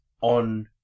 on